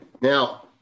Now